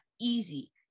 easy